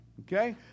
okay